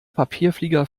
papierflieger